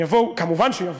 יבואו, מובן שיבואו,